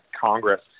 Congress